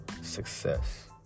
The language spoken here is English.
success